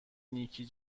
نیکی